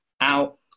out